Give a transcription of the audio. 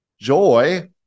Joy